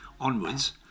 onwards